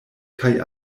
kaj